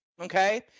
okay